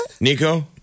Nico